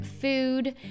food